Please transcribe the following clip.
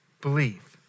believe